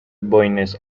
بوینس